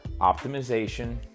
optimization